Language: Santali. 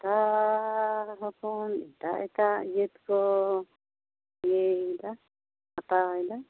ᱮᱴᱟᱜᱻ ᱨᱚᱠᱚᱢ ᱮᱴᱟᱜ ᱮᱴᱟᱜ ᱡᱟᱹᱛ ᱠᱚ ᱤᱭᱟᱹ ᱮᱫᱟ ᱦᱟᱛᱟᱣ ᱮᱫᱟ